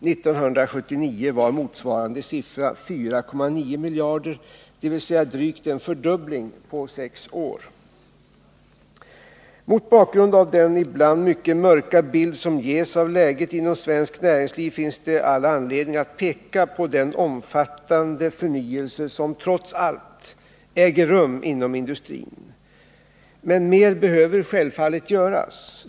1979 var motsvarande siffra 4,9 miljarder, dvs. drygt en fördubbling på sex år. Mot bakgrund av den ibland mycket mörka bild som ges av läget inom svenskt näringsliv finns all anledning att peka på den omfattande förnyelse som trots allt äger rum inom industrin. Mer behöver självfallet göras.